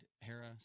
Hera